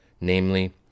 namely